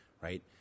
right